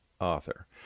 Author